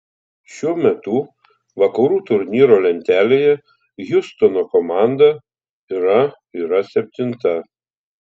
šiuo metu vakarų turnyro lentelėje hjustono komanda yra yra septinta